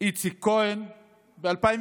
איציק כהן ב-2020.